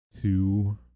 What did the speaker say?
two